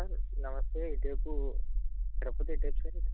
sir నమస్తే ఇటు వైపు తిరపతి ఎటు వైపు సార్